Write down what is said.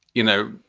you know,